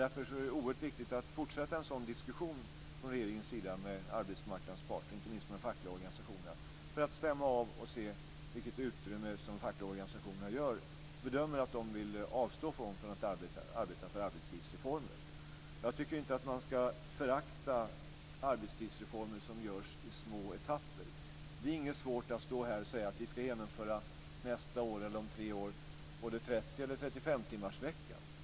Därför är det oerhört viktigt att fortsätta en sådan diskussion från regeringens sida med arbetsmarknadens parter, och inte minst med de fackliga organisationerna, för att stämma av och se vilket utrymme de fackliga organisationerna bedömer att de vill avstå från för att arbeta för arbetstidsreformer. Jag tycker inte att man ska förakta arbetstidsreformer som görs i små etapper. Det är inget svårt att stå här och säga att vi nästa år eller om tre år ska genomföra både trettiotimmarsveckan och trettiofemtimmarsveckan.